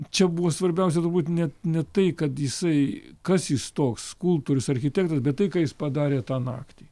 čia buvo svarbiausia turbūt net ne tai kad jisai kas jis toks skulptorius architektas bet tai ką jis padarė tą naktį